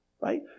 right